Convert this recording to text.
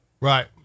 Right